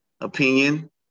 opinion